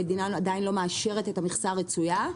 המדינה עדיין לא מאשרת את המכסה הרצויה?